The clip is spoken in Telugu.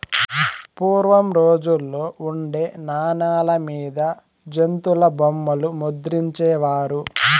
పూర్వం రోజుల్లో ఉండే నాణాల మీద జంతుల బొమ్మలు ముద్రించే వారు